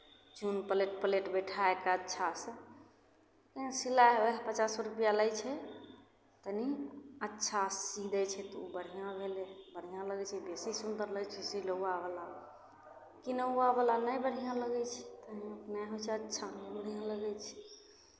चून plate plate बिठाय कऽ अच्छासँ सिलाइ उएह पचास सए रुपैआ लै छै तनि अच्छासँ सी दै छै तऽ ओ बढ़िआँ भेलै बढ़िआँ लगै छै बेसी सुन्दर लगै छै सिलौआवला किनौआवला नहि बढ़िआँ लगै छै तऽ नहि बढ़िआँ लगै छै